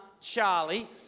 Charlie